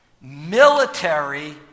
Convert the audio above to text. military